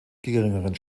geringeren